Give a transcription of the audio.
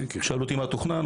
שאלו אותי מה תוכנן.